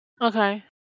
Okay